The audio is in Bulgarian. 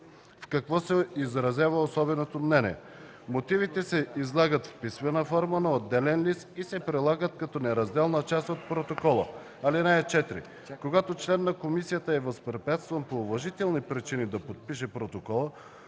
какво се изразява особеното мнение. Мотивите се излагат в писмена форма на отделен лист и се прилагат като неразделна част от протокола. (4) Когато член на комисията е възпрепятстван по уважителни причини да подпише протокола,